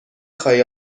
خواهی